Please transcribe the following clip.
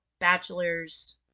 bachelor's